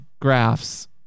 graphs